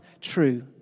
true